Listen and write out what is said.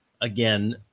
Again